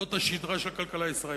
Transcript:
זאת השדרה של הכלכלה הישראלית.